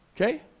Okay